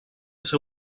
ser